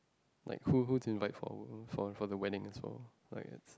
like who who didn't write for for the wedding its well